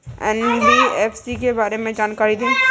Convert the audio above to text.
NBFC के बारे में जानकारी दें?